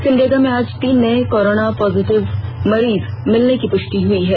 सिमडेगा में आज तीन नये कोरोना पॉजिटिव मरीज मिलने की पुष्टि हुई है